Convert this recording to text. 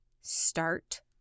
Start